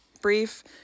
brief